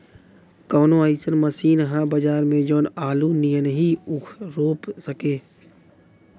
कवनो अइसन मशीन ह बजार में जवन आलू नियनही ऊख रोप सके?